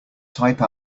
type